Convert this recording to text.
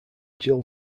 jill